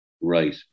right